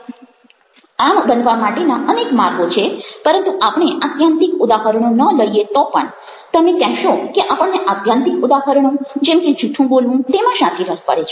આમ બનવા માટેના અનેક માર્ગો છે પરંતુ આપણે આત્યાન્તિક ઉદાહરણો ન લઈએ તો પણ તમે કહેશો કે આપણને આત્યાન્તિક ઉદાહરણો જેમ કે જૂઠું બોલવું તેમાં શાથી રસ પડે છે